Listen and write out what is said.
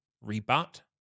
rebut